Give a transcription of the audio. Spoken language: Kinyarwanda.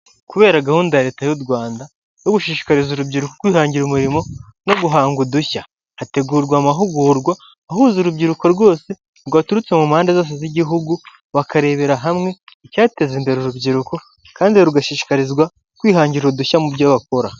Kubera gahunda ya leta y'u Rwanda yo gushishikariza urubyiruko kwihangira umurimo no guhanga udushya, hategurwa amahugurwa ahuza urubyiruko rwose rwaturutse mu mpande zose z'igihugu bakarebera hamwe icyateza imbere urubyiruko, kandi rugashishikarizwa kwihangira udushya mu byo bakora.